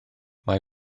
mae